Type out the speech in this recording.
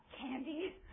candy